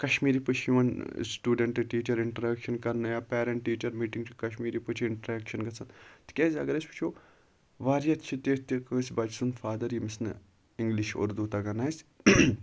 کَشمیٖری پٲٹھۍ چھُ یِوان سٹوڈَنٹ ٹیٖچَر اِنٹریٚکشَن کَرنہٕ یا پیرنٹ ٹیٖچَر میٖٹِنٛگ چھِ کَشمیٖری پٲٹھۍ چھِ اِنٹریٚکشَن گَژھان تِکیازِ اگر أسۍ وٕچھو واریاہ چھِ تِتھ تہِ کٲنٛسہِ بَچہِ سُنٛد فادَر ییٚمس نہٕ اِنٛگلِش اردوٗ تَگان آسہِ